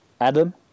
Adam